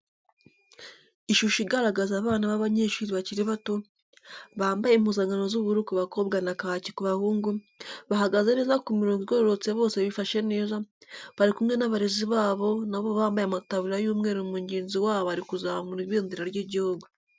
Ishusho igaragaza abana b'abanyeshuri bakiri bato, bambaye impuzankano z'ubururu ku bakobwa na kaki ku bahungu, bahagaze neza ku mirongo igororotse bose bifashe neza, bari kumwe n'abarezi babo na bo bambaye amataburiya y'umweru mugenzi wabo ari kuzamura ibendera ry'igihugu.